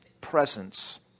presence